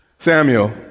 Samuel